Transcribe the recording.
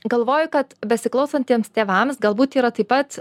galvoju kad besiklausantiems tėvams galbūt yra taip pat